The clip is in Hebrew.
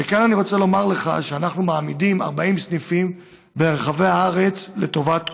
כאן אני רוצה לומר לך שאנחנו מעמידים 40 סניפים ברחבי הארץ לטובת כולם.